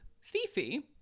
Fifi